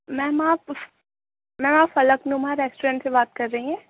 میم آپ میم آپ Falaknuma restaurant سے بات کر رہی ہیں